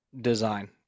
design